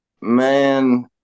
Man